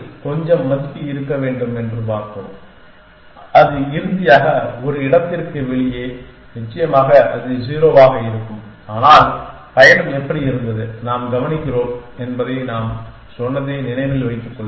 ஆரம்பத்தில் கொஞ்சம் மதிப்பு இருக்க வேண்டும் என்று பார்ப்போம் அது இறுதியாக ஒரு இடத்திற்கு வெளியே நிச்சயமாக அது 0 ஆக இருக்கும் ஆனால் பயணம் எப்படி இருந்தது நாம் கவனிக்கிறோம் என்பதை நாம் சொன்னதை நினைவில் வைத்துக் கொள்ளுங்கள்